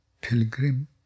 pilgrim